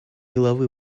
главы